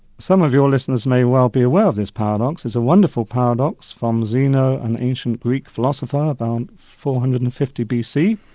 some of your listeners may well be aware of this paradox. it's a wonderful paradox from zeno, an ancient greek philosopher, about four hundred and fifty bc,